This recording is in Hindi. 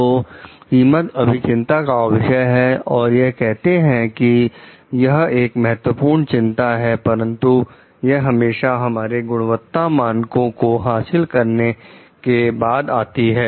तो कीमत अभी चिंता का विषय है और यह कहते हैं कि यह एक महत्वपूर्ण चिंता है परंतु यह हमेशा हमारे गुणवत्ता मानकों को हासिल करने के बाद आती है